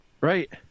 right